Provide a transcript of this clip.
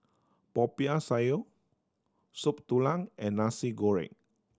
Popiah Sayur Soup Tulang and Nasi Goreng